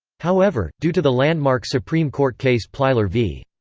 however, due to the landmark supreme court case plyler v.